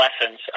lessons